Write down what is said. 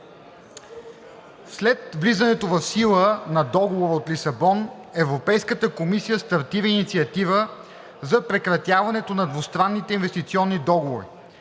„След влизането в сила на Договора от Лисабон Европейската комисия стартира инициатива за прекратяването на двустранните инвестиционни договори.